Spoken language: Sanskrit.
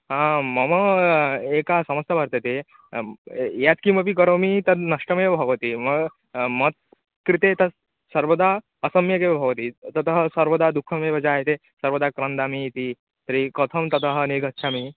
आं मम एका समस्या वर्तते यत्किमपि करोमि तद् नष्टमेव भवति मा मत् कृते तत् सर्वदा असम्यगेव भवति ततः सर्वदा दुःखमेव जायते सर्वदा क्रन्दामि इति तर्हि कथं ततः निर्गच्छामि